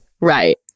right